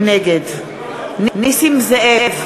נגד נסים זאב,